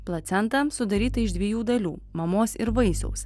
placenta sudaryta iš dviejų dalių mamos ir vaisiaus